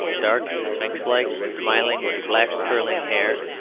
dark, sphinx-like, smiling, with black curling hair,